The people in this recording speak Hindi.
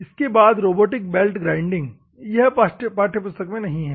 इसके बाद रोबोटिक बेल्ट ग्राइंडिंग यह पाठ्यपुस्तक में उपलब्ध नहीं है